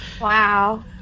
Wow